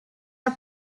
are